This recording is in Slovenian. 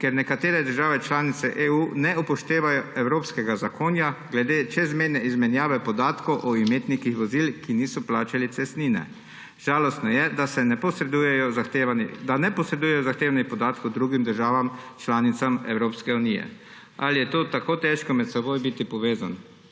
ker nekatere države članice EU ne upoštevajo evropskega zakona glede čezmejne izmenjave podatkov o imetnikih vozil, ki niso plačali cestnine. Žalostno je, da ne posredujejo zahtevanih podatkov drugim državam članicam Evropske unije. Ali je to tako težko med seboj biti povezan,